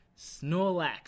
Snorlax